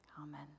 amen